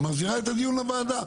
ומחזירה את הדיון לוועדה.